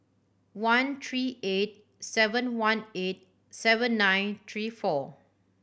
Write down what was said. one three eight seven one eight seven nine three four